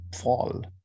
fall